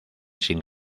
sin